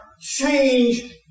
change